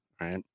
Right